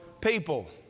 people